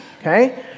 Okay